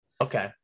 okay